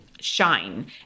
shine